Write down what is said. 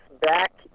back